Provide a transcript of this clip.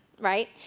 right